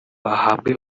ahabwe